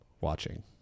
watching